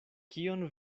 kion